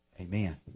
amen